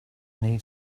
need